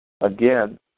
Again